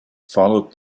followed